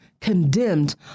condemned